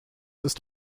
ist